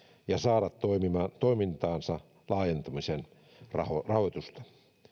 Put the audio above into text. ja saada toimintansa laajentumiseen rahoitusta